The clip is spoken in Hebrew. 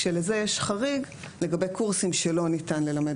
כשלזה יש חריג לגבי קורסים שלא ניתן ללמד